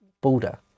border